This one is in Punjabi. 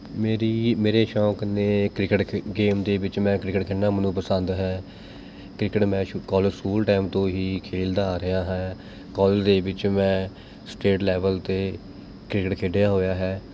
ਮੇਰੀ ਮੇਰੇ ਸ਼ੌਂਕ ਨੇ ਕ੍ਰਿਕਟ ਖ ਗੇਮ ਦੇ ਵਿੱਚ ਮੈਂ ਕ੍ਰਿਕਟ ਖੇਡਣਾ ਮੈਨੂੰ ਪਸੰਦ ਹੈ ਕ੍ਰਿਕਟ ਮੈ ਸ਼ ਕੋਲਜ ਸਕੂਲ ਟਾਈਮ ਤੋਂ ਹੀ ਖੇਲਦਾ ਆ ਰਿਹਾ ਹਾਂ ਕੋਲਜ ਦੇ ਵਿੱਚ ਮੈਂ ਸਟੇਟ ਲੈਵਲ 'ਤੇ ਕ੍ਰਿਕਟ ਖੇਡਿਆ ਹੋਇਆ ਹੈ